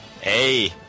Hey